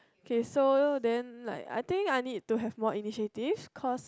K so then like I think I need to have more initiative cause